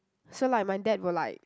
so like my dad will like